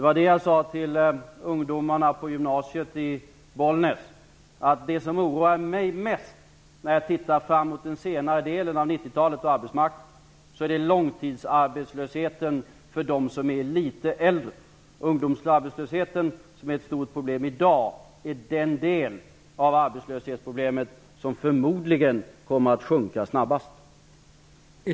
Vad jag sagt till ungdomarna på gymnasiet i Bollnäs är att det som oroar mig mest när jag ser framåt -- det gäller alltså senare delen av 1990-talet på arbetsmarknaden -- är långtidsarbetslösheten bland dem som är litet äldre. Ungdomsarbetslösheten, som i dag är ett stort problem, är den del av arbetslöshetsproblemet som förmodligen kommer att minska snabbast.